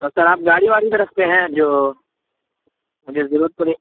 تو سر آپ گاڑی واڑی بھی رکھتے ہیں جو مجھے ضرورت پڑے